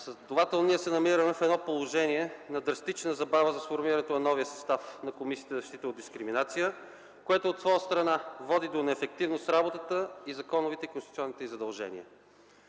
Следователно ние се намираме в положение на драстична забава за сформирането на новия състав на Комисията за защита от дискриминация, което от своя страна води до неефективност в работата със законовите и конституционните й задължения.